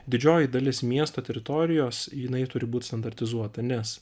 didžioji dalis miesto teritorijos jinai turi būt standartizuota nes